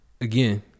again